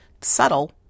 subtle